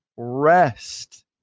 rest